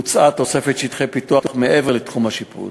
הוצעה תוספת שטחי פיתוח מעבר לתחום השיפוט.